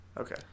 Okay